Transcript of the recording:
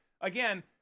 again